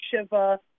shiva